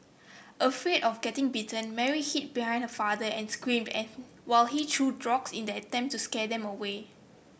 afraid of getting bitten Mary hid behind her father and screamed while he threw rocks in an attempt to scare them away